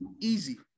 easy